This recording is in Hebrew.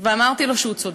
ואמרתי לו שהוא צודק.